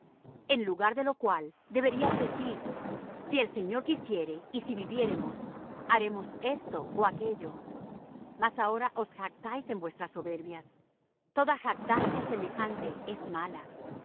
en lugar de lo cual deberíais decir si el señor quisiere y si viviéremos haremos esto ó aquello mas ahora os jactáis en vuestras soberbias toda jactancia semejante es mala